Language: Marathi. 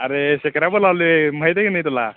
अरे शिखरा बोलावले आहे माहीत आहे की नाही तुला